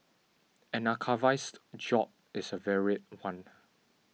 an archivist's job is a varied one